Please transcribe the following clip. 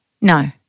No